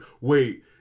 wait